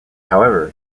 however